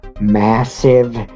massive